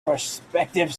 prospective